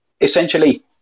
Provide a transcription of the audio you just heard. essentially